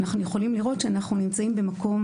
אנחנו יכולים לראות שאנחנו נמצאים במקום